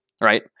right